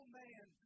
man